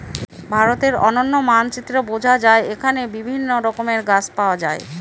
ভারতের অনন্য মানচিত্রে বোঝা যায় এখানে বিভিন্ন রকমের গাছ পাওয়া যায়